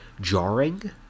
jarring